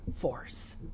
force